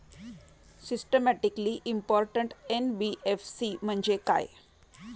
Systematically important NBFC म्हणजे काय?